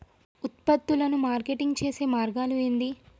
ఉత్పత్తులను మార్కెటింగ్ చేసే మార్గాలు ఏంది?